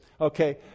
okay